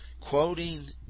quoting